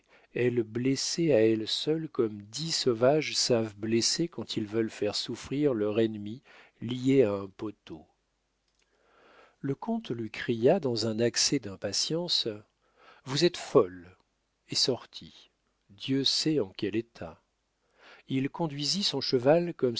elle blessait à elle seule comme dix sauvages savent blesser quand ils veulent faire souffrir leur ennemi lié à un poteau le comte lui cria dans un accès d'impatience vous êtes folle et sortit dieu sait en quel état il conduisit son cheval